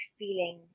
feeling